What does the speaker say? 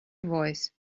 voice